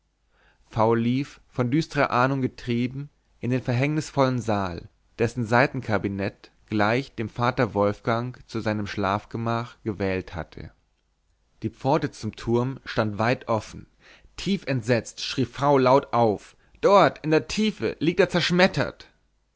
v lief von düsterer ahnung getrieben in den verhängnisvollen saal dessen seitenkabinett gleich dem vater wolfgang zu seinem schlafgemach gewählt hatte die pforte zum turm stand weit offen tief entsetzt schrie v laut auf dort in der tiefe liegt er zerschmettert